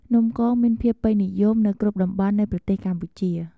នំកង មានភាពពេញនិយមនៅគ្រប់តំបន់នៃប្រទេសកម្ពុជា។